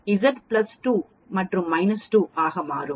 Z plus 2 மற்றும் minus 2 ஆக இருக்கும்